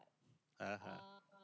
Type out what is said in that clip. (uh huh)